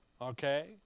Okay